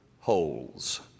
holes